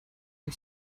and